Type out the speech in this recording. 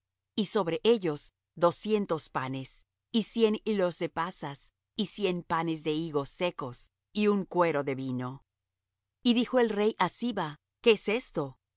y sobre ellos doscientos panes y cien hilos de pasas y cien panes de higos secos y un cuero de vino y dijo el rey á siba qué es esto